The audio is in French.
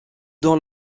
dans